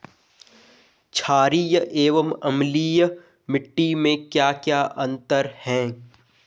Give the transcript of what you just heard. छारीय एवं अम्लीय मिट्टी में क्या क्या अंतर हैं?